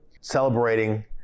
celebrating